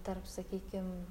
ir tarp sakykim